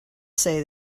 say